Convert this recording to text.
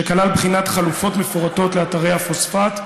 שכלל בחינת חלופות מפורטת לאתרי הפוספט,